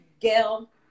Gail